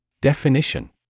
DEFINITION